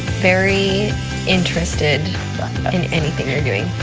very interested in anything you're doing.